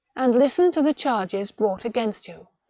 and listen to the charges brought against you,